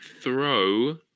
Throw